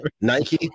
Nike